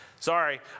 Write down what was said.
Sorry